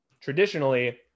traditionally